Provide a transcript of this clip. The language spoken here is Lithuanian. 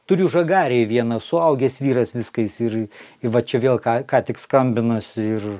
turiu žagarėj vieną suaugęs vyras viską jis ir va čia vėl ką ką tik skambinos ir